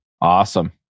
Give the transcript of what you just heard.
Awesome